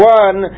one